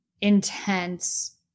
intense